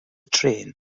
trên